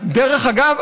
דרך אגב,